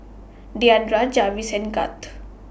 Diandra Jarvis and Gart